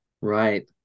Right